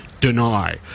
Deny